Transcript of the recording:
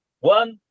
One